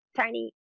tiny